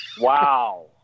wow